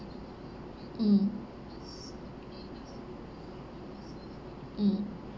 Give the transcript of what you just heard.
mm mm